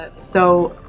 ah so